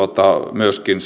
myöskin